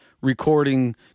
recording